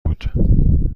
بود